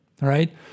right